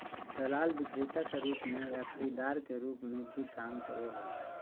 दलाल विक्रेता के रूप में या खरीदार के रूप में भी काम करो हइ